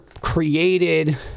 created